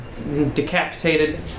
decapitated